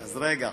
אז רגע.